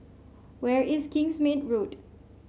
where is Kingsmead Road